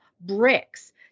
bricks